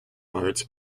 ards